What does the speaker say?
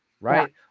right